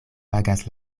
pagas